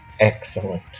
Excellent